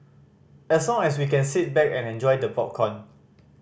as long as we can sit back and enjoy the popcorn